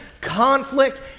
conflict